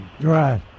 Right